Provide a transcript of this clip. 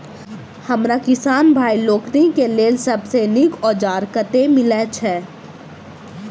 हमरा किसान भाई लोकनि केँ लेल सबसँ नीक औजार कतह मिलै छै?